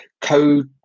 code